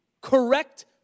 correct